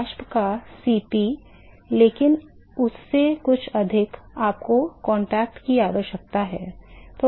वाष्प का Cp लेकिन उससे कुछ अधिक आपको संपर्क की आवश्यकता है